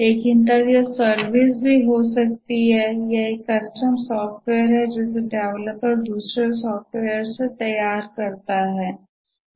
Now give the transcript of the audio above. लेकिन तब यह सर्विस भी हो सकती है यह एक कस्टम सॉफ्टवेयर है जिसे डेवलपर दूसरे सॉफ्टवेयर से तैयार करता है